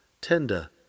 tender